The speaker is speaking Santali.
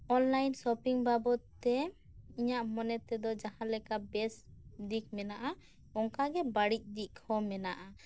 ᱚᱱᱞᱟᱭᱤᱱ ᱥᱚᱯᱤᱝ ᱵᱟᱚᱫ ᱛᱮ ᱤᱧᱟᱜ ᱢᱚᱱᱮ ᱛᱮᱫᱚ ᱡᱟᱦᱟᱸ ᱞᱮᱠᱟ ᱵᱮᱥ ᱫᱤᱠ ᱢᱮᱱᱟᱜᱼᱟ ᱚᱱᱠᱟᱜᱮ ᱵᱟᱹᱲᱤᱡ ᱫᱤᱠ ᱦᱚᱸ ᱢᱮᱱᱟᱜᱼᱟ